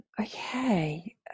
Okay